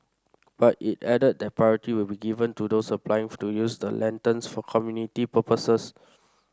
but it added that priority will be given to those applying to use the lanterns for community purposes